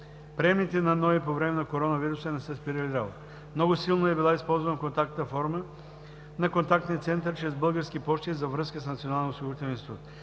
институт по време на коронавируса не са спирали работа. Много силно е била използвана контактната форма на Контактния център чрез Български пощи за връзка с Националния осигурителен институт.